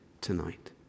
tonight